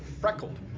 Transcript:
freckled